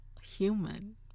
Human